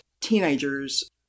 teenagers